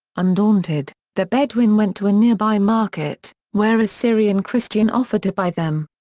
undaunted, the bedouin went to a nearby market, where a syrian christian offered to buy them.